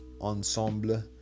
ensemble